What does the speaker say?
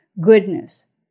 goodness